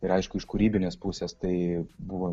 ir aišku iš kūrybinės pusės tai buvo